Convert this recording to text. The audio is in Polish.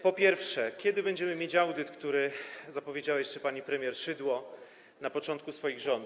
Po pierwsze, kiedy będziemy mieć audyt, który zapowiedziała jeszcze pani premier Szydło na początku swoich rządów?